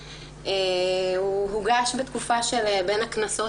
הוא הוגש בתקופה של בין הכנסות,